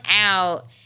out